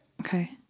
okay